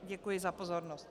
Děkuji za pozornost.